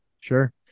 Sure